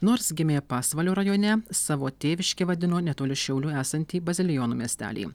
nors gimė pasvalio rajone savo tėviške vadino netoli šiaulių esantį bazilionų miestelį